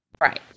Right